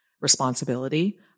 responsibility